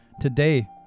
Today